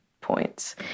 points